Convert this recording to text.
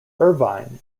irvine